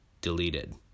deleted